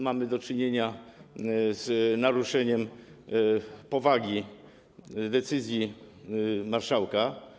Mamy do czynienia z naruszeniem powagi decyzji marszałka.